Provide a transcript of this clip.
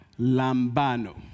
lambano